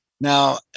now